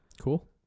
Cool